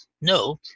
No